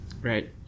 Right